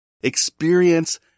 experience